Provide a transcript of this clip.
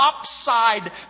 upside